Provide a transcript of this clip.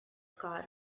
car